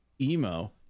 emo